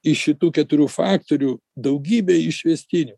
iš šitų keturių faktorių daugybę išvestinių